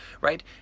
right